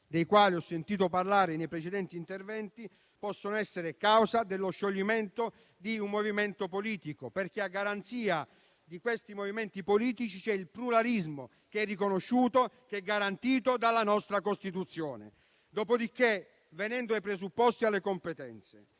dei quali ho sentito parlare nei precedenti interventi possono essere causa dello scioglimento di un movimento politico, perché a garanzia di questi movimenti c'è il pluralismo riconosciuto e garantito dalla nostra Costituzione. Dopodiché, venendo ai presupposti e alle competenze,